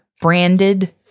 Branded